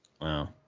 Wow